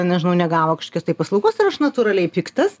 nežinau negavo kažkokios tai paslaugos ir aš natūraliai piktas